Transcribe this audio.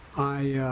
i